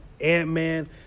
Ant-Man